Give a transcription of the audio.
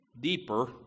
deeper